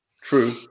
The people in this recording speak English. True